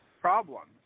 problems